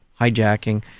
hijacking